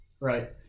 Right